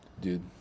dude